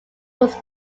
was